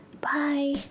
bye